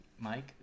Mike